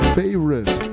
favorite